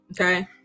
okay